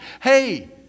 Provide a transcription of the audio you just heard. Hey